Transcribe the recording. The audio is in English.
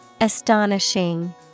astonishing